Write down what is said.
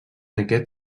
aquest